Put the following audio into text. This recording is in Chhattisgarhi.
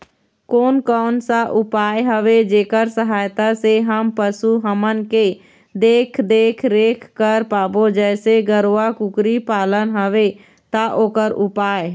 कोन कौन सा उपाय हवे जेकर सहायता से हम पशु हमन के देख देख रेख कर पाबो जैसे गरवा कुकरी पालना हवे ता ओकर उपाय?